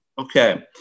Okay